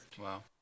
Wow